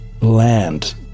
land